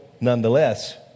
nonetheless